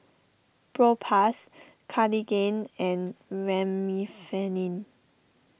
Propass Cartigain and Remifemin